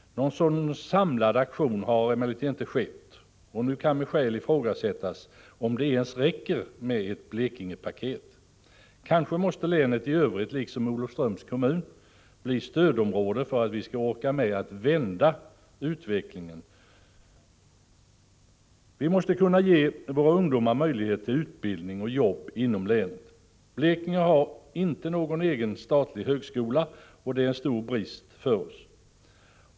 Någon sådan samlad aktion har emellertid inte skett, och nu kan med skäl ifrågasättas om det ens räcker med ett ”Blekingepaket”. Kanske måste länet i övrigt liksom Olofströms kommun bli ett stödområde för att vi skall orka med att vända utvecklingen. Vi måste kunna ge våra ungdomar möjligheter till utbildning och jobb inom länet. Blekinge har inte någon statlig högskola, och det är en stor brist för oss.